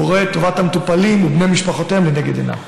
והוא רואה את טובת המטופלים ובני משפחותיהם לנגד עיניו.